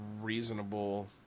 reasonable